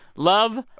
love,